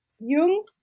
Jung